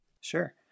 Sure